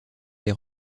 des